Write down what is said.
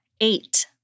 eight